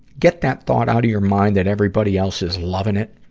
get that thought out of your mind that everybody else is loving it.